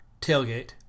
tailgate